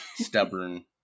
stubborn